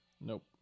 Nope